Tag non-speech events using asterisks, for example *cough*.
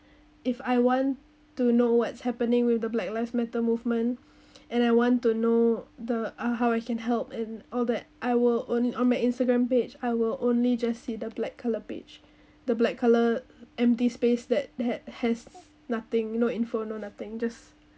if I want to know what's happening with the black lives matter movement *breath* and I want to know the uh how I can help and all that I will only on my instagram page I will only just see the black color page the black color empty space that had has nothing you know info no nothing just